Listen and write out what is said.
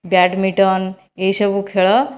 badminton ଏହିସବୁ ଖେଳ